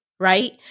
Right